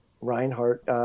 Reinhardt